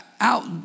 out